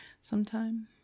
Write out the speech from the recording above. sometime